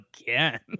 again